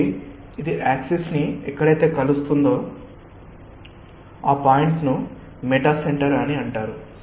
కాబట్టి ఇది యాక్సిస్ ని ఎక్కడైతే కలిస్తుందో ఆ పాయింట్ ను మెటాసెంటర్ అని అంటారు